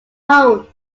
own